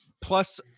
plus